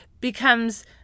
becomes